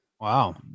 Wow